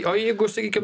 o jeigu sakykim